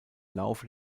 laufe